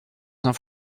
leurs